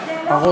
זה לא,